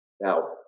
Now